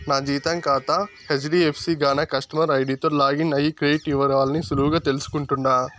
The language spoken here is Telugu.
నా జీతం కాతా హెజ్డీఎఫ్సీ గాన కస్టమర్ ఐడీతో లాగిన్ అయ్యి క్రెడిట్ ఇవరాల్ని సులువుగా తెల్సుకుంటుండా